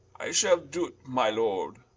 i shall doo't, my lord.